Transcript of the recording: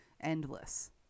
Endless